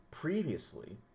Previously